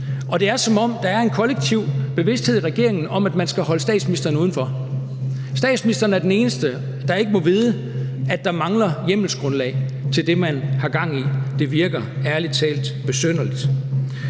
og det er, som om der er en kollektiv bevidsthed i regeringen om, at man skal holde statsministeren udenfor. Statsministeren er den eneste, der ikke må vide, at der mangler hjemmelsgrundlag til det, man har gang i. Det virker ærlig talt besynderligt.